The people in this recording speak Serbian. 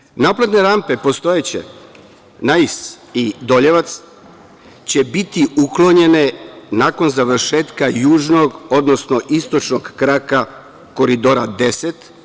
Postojeće naplatne rampe Nais i Doljevac će biti uklonjene nakon završetka južnog, odnosno istočnog kraka Koridora 10.